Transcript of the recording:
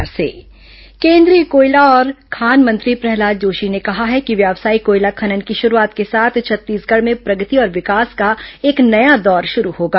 केंद्रीय मंत्री पत्रकारवार्ता केंद्रीय कोयला और खान मंत्री प्रहलाद जोशी ने कहा है कि व्यावसायिक कोयला खनन की शुरूआत के साथ छत्तीसगढ़ में प्रगति और विकास का एक नया दौर शुरू होगा